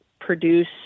produce